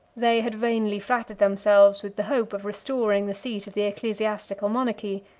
they had vainly flattered themselves with the hope of restoring the seat of the ecclesiastical monarchy,